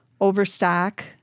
Overstock